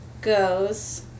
goes